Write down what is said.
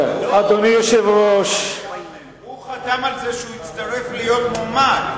הוא חתם על זה כשהוא הצטרף להיות מועמד.